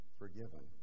forgiven